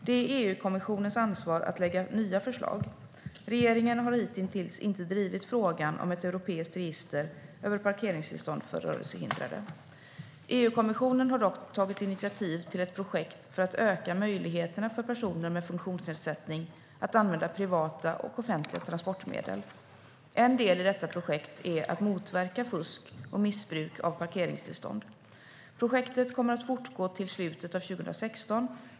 Det är EU-kommissionens ansvar att lägga fram nya förslag. Regeringen har hitintills inte drivit frågan om ett europeiskt register över parkeringstillstånd för rörelsehindrade. EU-kommissionen har dock tagit initiativ till ett projekt för att öka möjligheterna för personer med funktionsnedsättning att använda privata och offentliga transportmedel. En del i detta projekt är att motverka fusk och missbruk av parkeringstillstånd. Projektet kommer att fortgå till slutet av 2016.